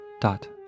dot